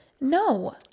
No